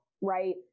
right